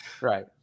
Right